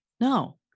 no